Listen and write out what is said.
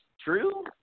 true